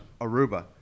Aruba